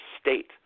state